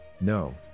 no